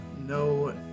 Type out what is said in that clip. no